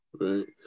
Right